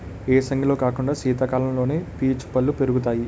ఏసంగిలో కాకుండా సీతకాలంలోనే పీచు పల్లు పెరుగుతాయి